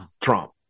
Trump